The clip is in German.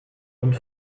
und